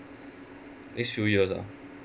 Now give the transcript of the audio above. next few years ah